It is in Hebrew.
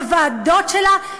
בוועדות שלה,